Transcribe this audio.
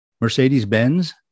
Mercedes-Benz